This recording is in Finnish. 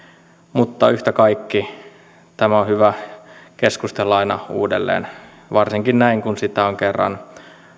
mutta yhtä kaikki tämä on hyvä keskustella aina uudelleen varsinkin näin kun sitä on kerran